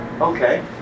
Okay